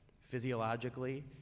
physiologically